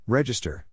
Register